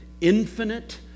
infinite